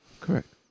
Correct